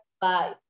bye